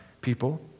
people